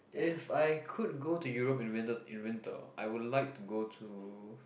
if I could go to Europe in the winter in the winter I would like to go to